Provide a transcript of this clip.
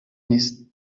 نیست